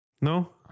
No